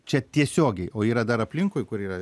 čia tiesiogiai o yra dar aplinkui kur yra